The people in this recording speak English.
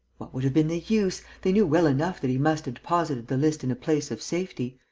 what would have been the use? they knew well enough that he must have deposited the list in a place of safety.